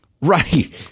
Right